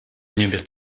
niebie